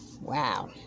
Wow